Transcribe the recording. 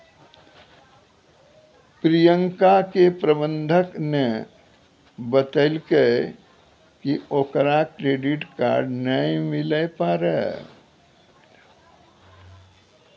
प्रियंका के प्रबंधक ने बतैलकै कि ओकरा क्रेडिट कार्ड नै मिलै पारै